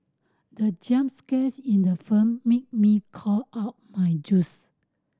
the jump scares in the film made me cough out my juice